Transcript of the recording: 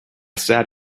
sat